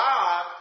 God